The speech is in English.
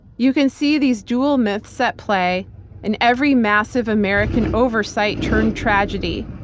you can see these dual myths at play in every massive american oversight turned tragedy,